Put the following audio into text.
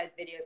videos